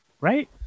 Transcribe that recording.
Right